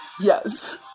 Yes